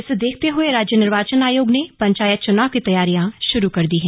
इसे देखते हुए राज्य निर्वाचन आयोग ने पंचायत चुनाव की तैयारियां शुरू कर दी हैं